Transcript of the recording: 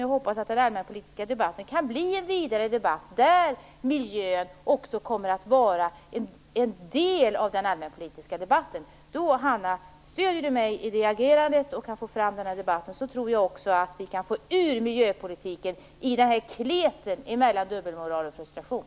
Jag hoppas att den allmänpolitiska debatten därmed kan bli en vidare debatt, där miljön kommer att vara en del. Om Hanna Zetterberg stöder mig i det agerandet så att vi kan få fram den debatten, tror jag att vi kan få miljöpolitiken ut ur kleten mellan dubbelmoral och frustration.